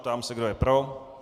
Ptám se, kdo je pro.